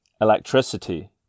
Electricity